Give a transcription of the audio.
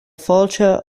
fáilte